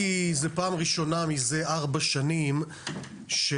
כי זו פעם ראשונה מזה ארבע שנים שהמדינה